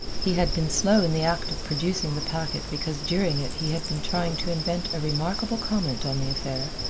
he had been slow in the act of producing the packet because during it he had been trying to invent a remarkable comment on the affair.